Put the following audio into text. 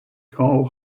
karl